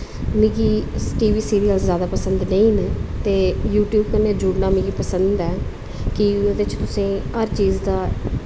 मिगी T V serial जादा पसंद नेईं न ते यूटयूव पर जुड़ना मीं पसंद ऐ कि ओह्दे च तुसें हर चीज दा